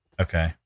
Okay